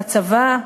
בצבא,